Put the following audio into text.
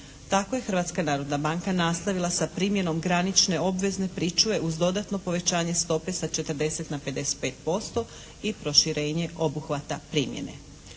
Tako je Hrvatska narodna banka nastavila sa primjenom granične obvezne pričuve uz dodatno povećanje stope sa 40 na 55 posto i proširenje obuhvata primjene.